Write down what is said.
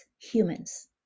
Humans